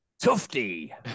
Tufty